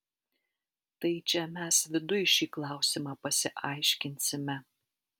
tai čia mes viduj šį klausimą pasiaiškinsime